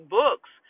books